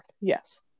Yes